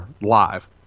live